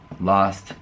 lost